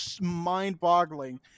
mind-boggling